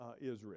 Israel